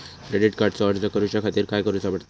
Credit कार्डचो अर्ज करुच्या खातीर काय करूचा पडता?